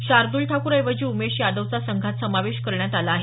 शार्द्रल ठाकूर ऐवजी उमेश यादवचा संघात समावेश करण्यात आला आहे